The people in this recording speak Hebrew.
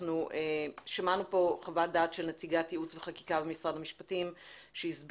אנחנו שמענו כאן חוות דעת של נציגת ייעוץ וחקיקה במשרד המשפטים שהסבירה,